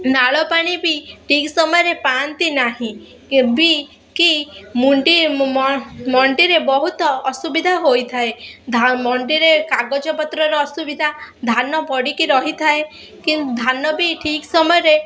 ନାଳପାଣି ବି ଠିକ୍ ସମୟରେ ପାଆନ୍ତି ନାହିଁ କି ମଣ୍ଡିରେ ବହୁତ ଅସୁବିଧା ହୋଇଥାଏ ମଣ୍ଡିରେ କାଗଜ ପତ୍ରର ଅସୁବିଧା ଧାନ ପଡ଼ିକି ରହିଥାଏ କି ଧାନ ବି ଠିକ୍ ସମୟରେ